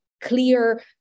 clear